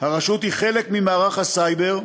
הרשות היא חלק ממערך הסייבר,